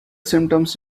symptoms